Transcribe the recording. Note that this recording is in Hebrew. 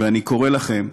ואני קורא לכם,